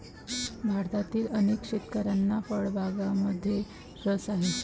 भारतातील अनेक शेतकऱ्यांना फळबागांमध्येही रस आहे